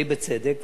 די בצדק,